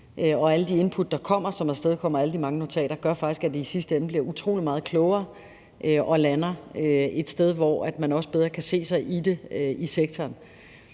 alle de mange notater, faktisk gør, at vi i sidste ende bliver utrolig meget klogere og lander et sted, hvor man også bedre kan se sig i det i sektoren.